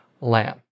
lamb